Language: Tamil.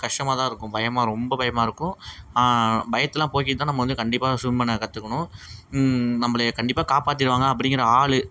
கஷ்டமாக தான் இருக்கும் பயமாக ரொம்ப பயமாக இருக்கும் பயத்தெலாம் போக்கிவிட்டு தான் நம்ம வந்து கண்டிப்பாக ஸ்விம் பண்ண கற்றுக்கணும் நம்பளை கண்டிப்பாக காப்பாற்றிருவாங்க அப்படிங்கிற ஆள்